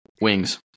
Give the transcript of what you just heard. Wings